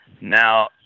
Now